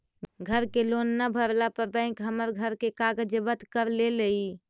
घर के लोन न भरला पर बैंक हमर घर के कागज जब्त कर लेलई